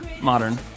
modern